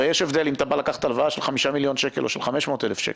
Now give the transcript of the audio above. הרי יש הבדל אם באים לקחת הלוואה של 5 מיליון שקל או של 500 אלף שקל.